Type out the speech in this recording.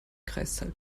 kreiszahl